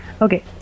Okay